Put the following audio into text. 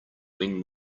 when